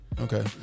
Okay